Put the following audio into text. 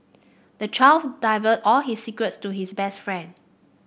the child divulged all his secrets to his best friend